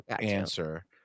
answer